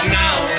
now